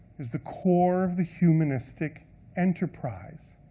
is the core of the humanistic enterprise.